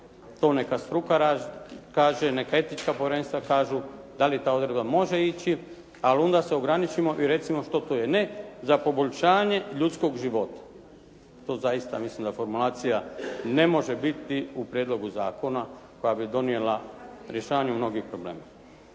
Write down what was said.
to neka struka kaže, neka etička povjerenstva kažu da li ta odredba može ići? Ali onda se ograničimo i recimo što to je? Ne «za poboljšanje ljudskog života». To zaista mislim da formulacija ne može biti u prijedlogu zakona koja bi donijela rješavanje mnogih problema.